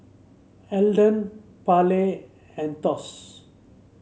Elden Parley and Thos